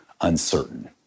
uncertain